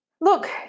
Look